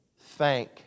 thank